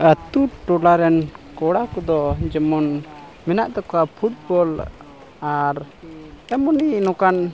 ᱟᱹᱛᱩ ᱴᱚᱞᱟ ᱨᱮᱱ ᱠᱚᱲᱟ ᱠᱚᱫᱚ ᱡᱮᱢᱚᱱ ᱢᱮᱱᱟᱜ ᱛᱟᱠᱚᱣᱟ ᱯᱷᱩᱴᱵᱚᱞ ᱟᱨ ᱮᱢᱱᱤ ᱱᱚᱝᱠᱟᱱ